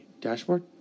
dashboard